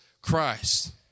Christ